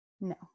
No